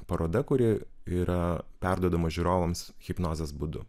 paroda kuri yra perduodama žiūrovams hipnozės būdu